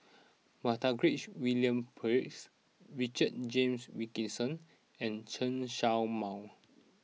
Montague William Pett Richard James Wilkinson and Chen Show Mao